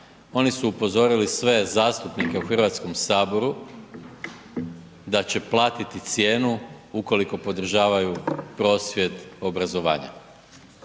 Oni su upozorili sve zastupnike u Hrvatskom saboru da će platiti cijenu ukoliko podržavaju prosvjed obrazovanja.